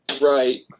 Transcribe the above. right